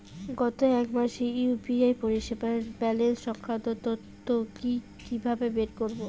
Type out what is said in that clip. গত এক মাসের ইউ.পি.আই পরিষেবার ব্যালান্স সংক্রান্ত তথ্য কি কিভাবে বের করব?